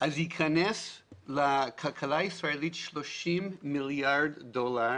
ייכנסו לכלכלה הישראלית 30 מיליארד דולר